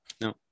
No